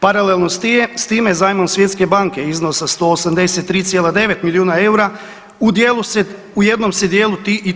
Paralelno s time, zajmom Svjetske banke iznosa 183,9 milijuna eura, u dijelu se, u jednom se dijelu ti i